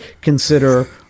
consider